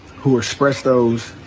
who are expressed those